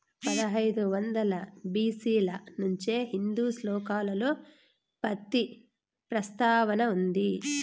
పదహైదు వందల బి.సి ల నుంచే హిందూ శ్లోకాలలో పత్తి ప్రస్తావన ఉంది